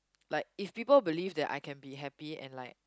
like if people believe that I can be happy and like